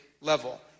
level